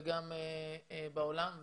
וגם בעולם.